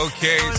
Okay